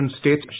states